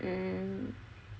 mm